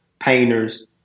painters